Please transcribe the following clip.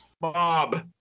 Mob